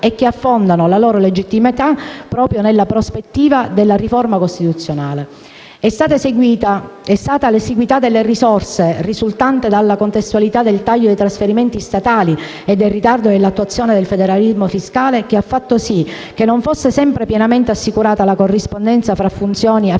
e che fondavano la loro legittimità proprio nella prospettiva della riforma costituzionale. È stata l'esiguità delle risorse, risultante dalla contestualità del taglio dei trasferimenti statali e del ritardo nell'attuazione del federalismo fiscale, che ha fatto sì che non fosse sempre pienamente assicurata la corrispondenza fra funzioni affidate